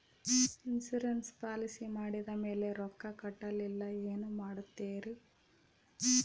Insurance policy ಮಾಡಿದ ಮೇಲೆ ರೊಕ್ಕ ಕಟ್ಟಲಿಲ್ಲ ಏನು ಮಾಡುತ್ತೇರಿ?